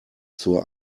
zur